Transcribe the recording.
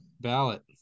ballot